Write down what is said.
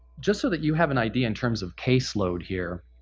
just so that you have an idea in terms of case load here,